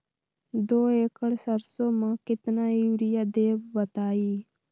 दो एकड़ सरसो म केतना यूरिया देब बताई?